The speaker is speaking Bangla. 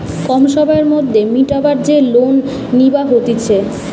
কম সময়ের মধ্যে মিটাবার যে লোন লিবা হতিছে